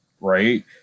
right